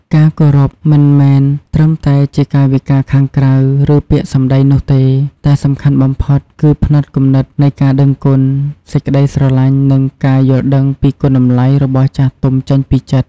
ការគោរពមិនមែនត្រឹមតែជាកាយវិការខាងក្រៅ ឬពាក្យសម្ដីនោះទេ តែសំខាន់បំផុតគឺផ្នត់គំនិតនៃការដឹងគុណ សេចក្តីស្រឡាញ់ និងការយល់ដឹងពីគុណតម្លៃរបស់ចាស់ទុំចេញពីចិត្ត។